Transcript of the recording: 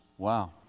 Wow